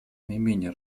наименее